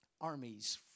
armies